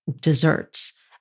desserts